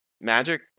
Magic